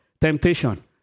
temptation